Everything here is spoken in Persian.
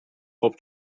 خوب